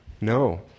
No